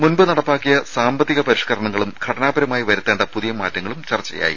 മുൻപ് നടപ്പാക്കിയ സാമ്പത്തിക പരിഷ്ക്കരണങ്ങളും ഘടനാപരമായി വരുത്തേണ്ട പുതിയ മാറ്റങ്ങളും ചർച്ചയായി